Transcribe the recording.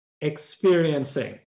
experiencing